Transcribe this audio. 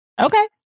okay